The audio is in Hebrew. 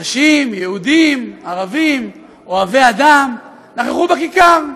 אנשים, יהודים, ערבים, אוהבי אדם, נכחו בכיכר.